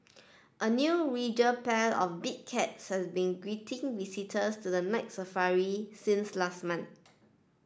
a new regal pair of big cats has been greeting visitors to the Night Safari since last month